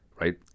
right